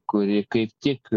kuri kaip tik